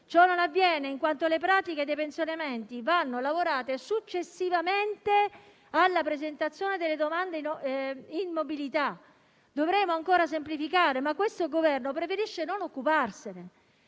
Ciò non avviene, in quanto le pratiche dei pensionamenti vanno lavorate successivamente alla presentazione delle domande in mobilità. Dovremo ancora semplificare, ma questo Governo preferisce non occuparsi